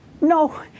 No